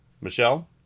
Michelle